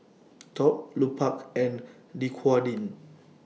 Top Lupark and Dequadin